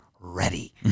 ready